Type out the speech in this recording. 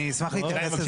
אני אשמח להתייחס לזה.